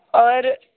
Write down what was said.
और